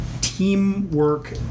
teamwork